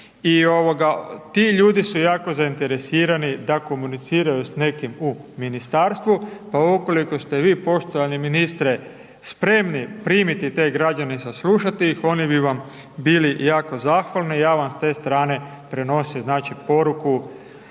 nereda i ti ljudi su jako zainteresirani da komuniciraju s nekim u ministarstvu pa ukoliko ste vi poštovani ministre spremni primiti te građane, saslušati ih, oni bi vam bili jako zahvalni, ja vam s te strane prenosim poruku,